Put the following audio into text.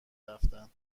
رفتن